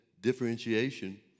differentiation